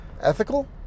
ethical